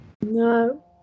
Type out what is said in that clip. No